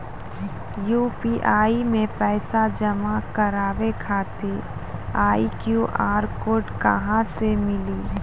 UPI मे पैसा जमा कारवावे खातिर ई क्यू.आर कोड कहां से मिली?